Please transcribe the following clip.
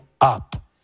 up